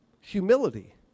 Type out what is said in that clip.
Humility